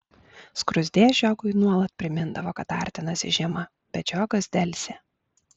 skruzdė žiogui nuolat primindavo kad artinasi žiema bet žiogas delsė